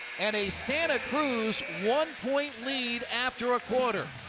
and a santa cruz one-point lead after a quarter.